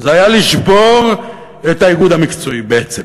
זה היה לשבור את האיגוד המקצועי, בעצם.